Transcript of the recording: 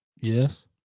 Yes